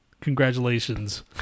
Congratulations